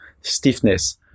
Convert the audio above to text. stiffness